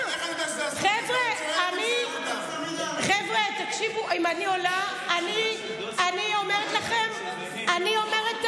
חבר'ה, תקשיבו, אם אני עולה, אני אומרת את האמת.